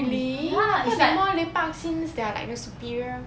really I thought they're more lepak since they're like the superior